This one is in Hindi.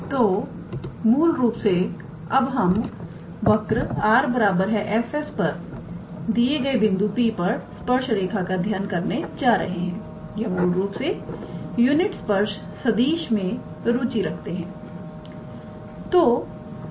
करती तोमूल रूप से अब हम वक्र 𝑟⃗ 𝑓⃗𝑠 पर दिए गए बिंदु P पर स्पर्श रेखा का अध्ययन करने जा रहे हैं या मूल रूप से यूनिट स्पर्श सदिश मैं रुचि रखते हैं